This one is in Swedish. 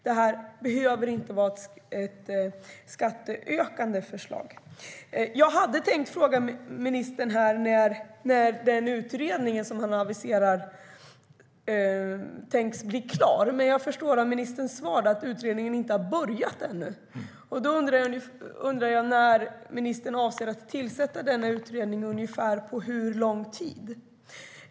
Det behöver alltså inte vara ett förslag som ökar skatterna. Jag hade tänkt fråga när den utredning som ministern aviserat är tänkt att bli klar, men jag förstår av svaret att utredningen ännu inte har börjat sitt arbete. Därför undrar jag när ministern avser att tillsätta utredningen och på hur lång tid.